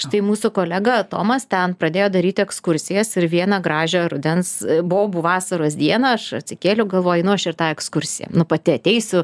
štai mūsų kolega tomas ten pradėjo daryti ekskursijas ir vieną gražią rudens bobų vasaros dieną aš atsikėliau galvoju nu aš ir tą ekskursiją pati ateisiu